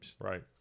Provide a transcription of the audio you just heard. Right